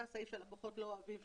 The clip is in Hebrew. זה החוזה שלקוחות לא אומרים להם: